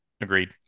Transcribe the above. Agreed